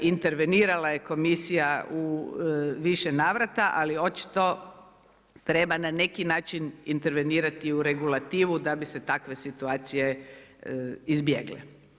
Intervenirala je komisija u više navrata, ali očito, treba na neki način intervenirati u regulativu, da bi se takve situacije izbjegle.